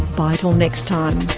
bye til next time